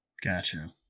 Gotcha